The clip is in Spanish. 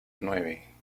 nueve